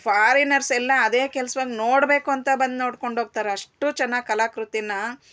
ಫಾರಿನರ್ಸೆಲ್ಲ ಅದೆ ಕೆಲ್ಸವಾಗ್ ನೋಡಬೇಕು ಅಂತ ಬಂದು ನೋಡ್ಕೊಂಡೋಗ್ತಾರೆ ಅಷ್ಟು ಚೆನ್ನಾಗ್ ಕಲಾಕೃತಿನಾ